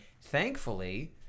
thankfully